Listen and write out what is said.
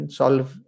solve